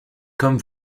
comme